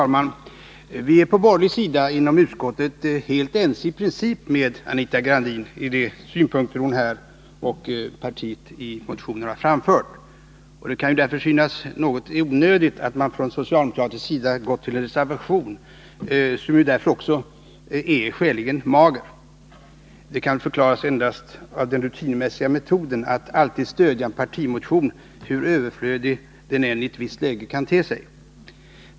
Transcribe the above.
Fru talman! Vi är på borgerlig sida inom utskottet i princip helt ense med Anita Gradin beträffande de synpunkter som hon här har framfört och som också har framförts i motionen. Det kan därför synas något onödigt att man från socialdemokratisk sida har avgivit en reservation — den är ju också skäligen mager. Detta kan förklaras endast med att man rutinmässigt tillämpar metoden att alltid stödja en partimotion, hur överflödig den än i ett visst läge kan te sig.